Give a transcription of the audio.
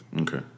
Okay